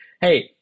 hey